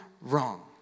wrong